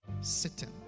sitting